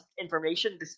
information